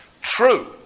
True